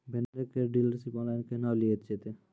Vendor केर dealership online केहनो लियल जेतै?